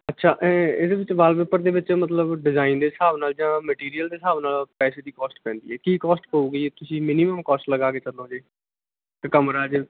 ਅੱਛਾ ਇਹਦੇ ਵਿੱਚ ਵਾਲਪੇਪਰ ਦੇ ਵਿੱਚ ਮਤਲਬ ਡਿਜ਼ਾਇਨ ਦੇ ਹਿਸਾਬ ਨਾਲ ਜਾਂ ਮਟੀਰੀਅਲ ਦੇ ਹਿਸਾਬ ਨਾਲ ਪੈਸੇ ਦੀ ਕੋਸਟ ਪੈਂਦੀ ਹੈ ਕੀ ਕੋਸਟ ਪਊਗੀ ਜੇ ਤੁਸੀਂ ਮਿਨੀਮਮ ਕੋਸਟ ਲਗਾ ਕੇ ਚਲੋਗੇ ਜੀ ਅਤੇ ਕਮਰਾ ਜੇ